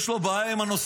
יש לו בעיה עם הנושא.